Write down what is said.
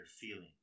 feeling